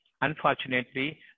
Unfortunately